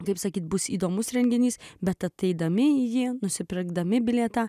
taip sakyti bus įdomus renginys bet ateidami į jį nusipirkdami bilietą